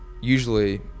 usually